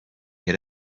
had